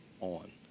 on